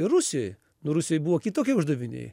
ir rusijoj nu rusijoj buvo kitokie uždaviniai